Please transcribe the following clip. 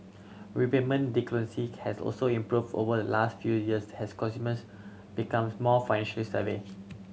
repayment delinquency has also improved over the last few years has consumers becomes more financially savvy